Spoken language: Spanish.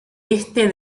este